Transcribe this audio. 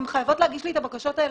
הן חייבות להגיש לי את הבקשות האלה.